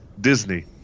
Disney